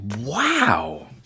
Wow